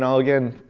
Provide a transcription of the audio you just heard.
and again,